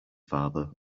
father